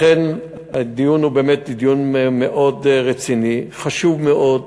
לכן, הדיון הוא באמת דיון מאוד רציני, חשוב מאוד,